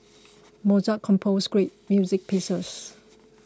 Mozart composed great music pieces